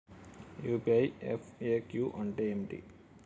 UPI FAQ అంటే ఏమిటి?